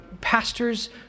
pastors